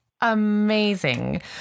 Amazing